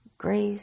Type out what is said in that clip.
Grace